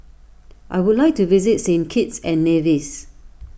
I would like to visit Saint Kitts and Nevis